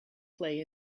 play